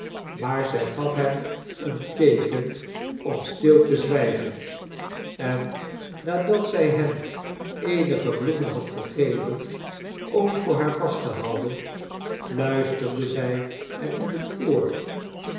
maar zij gaf hem een teeken om stil te zwijgen en nadat zij hem eenige bloemen had gegeven om voor haar vast te houden fluisterde zij hem in het oor